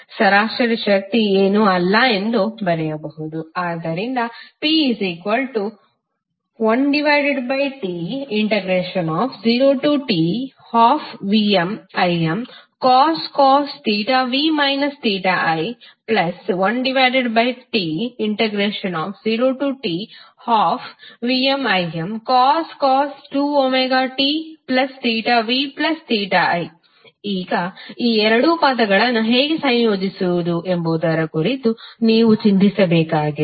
ಸರಾಸರಿ ಶಕ್ತಿ ಏನೂ ಅಲ್ಲ ಎಂದು ಬರೆಯಬಹುದು ಆದ್ದರಿಂದ P1T0T12VmImcos v i 1T0T12VmImcos 2tvi ಈಗ ಈ ಎರಡು ಪದಗಳನ್ನು ಹೇಗೆ ಸಂಯೋಜಿಸುವುದು ಎಂಬುದರ ಕುರಿತು ನೀವು ಚಿಂತಿಸಬೇಕಾಗಿಲ್ಲ